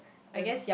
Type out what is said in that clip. then